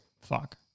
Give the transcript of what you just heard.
Fuck